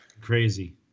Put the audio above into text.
Crazy